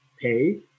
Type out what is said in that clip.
pay